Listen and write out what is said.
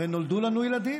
ונולדו לנו ילדים.